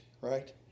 right